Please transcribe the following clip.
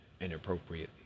inappropriately